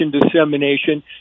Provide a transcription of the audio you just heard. dissemination